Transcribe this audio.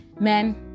men